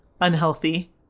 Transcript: unhealthy